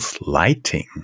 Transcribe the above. Lighting